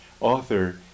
author